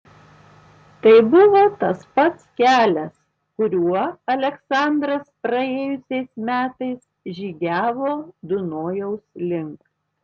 tai buvo tas pats kelias kuriuo aleksandras praėjusiais metais žygiavo dunojaus link